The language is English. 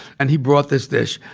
and he brought this dish.